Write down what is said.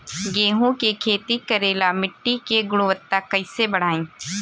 गेहूं के खेती करेला मिट्टी के गुणवत्ता कैसे बढ़ाई?